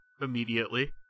immediately